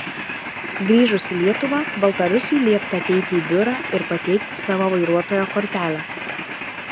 grįžus į lietuvą baltarusiui liepta ateiti į biurą ir pateikti savo vairuotojo kortelę